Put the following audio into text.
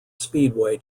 speedway